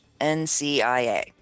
NCIA